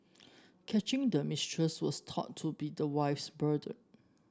catching the mistress was thought to be the wife's burden